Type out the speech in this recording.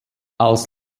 als